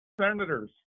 senators